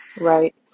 Right